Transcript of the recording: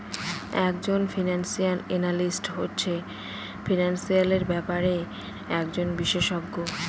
এক জন financial analyst হচ্ছে ফিনান্সিয়াল ব্যাপারের একজন বিশষজ্ঞ